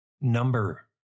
Number